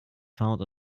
found